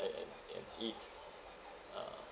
and and and eat ah